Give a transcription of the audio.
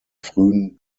frühen